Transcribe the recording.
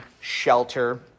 shelter